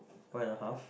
one and a half